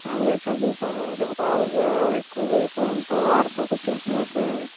అదే చదువుకోము అంటే బాగా ఎక్కువగా ఫోన్తో ఆడుతూ కూర్చుంటున్నాడు సార్